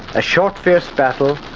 a short, fierce battle,